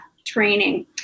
training